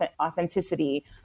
authenticity